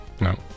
No